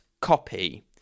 copy